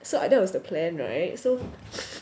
so that was the plan [right] so